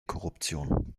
korruption